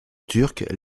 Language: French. turque